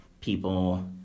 people